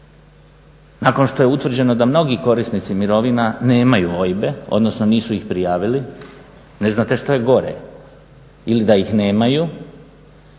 nakon što je utvrđeno da mnogi korisnici mirovina nemaju OIB-e, odnosno nisu ih prijavili. Ne znate što je gore, ili da ih nemaju